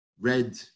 red